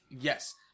Yes